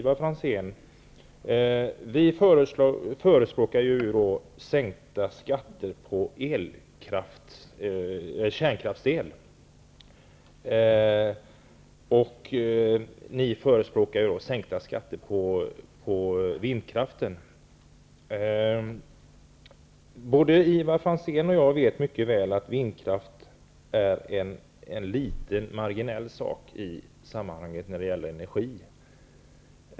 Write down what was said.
Vi förespråkar sänkta skatter på kärnkraftsel, och ni förespråkar sänkta skatter på vindkraft. Både Ivar Franzén och jag vet mycket väl att vindkraft är en marginell sak i sammanhanget när det gäller energi.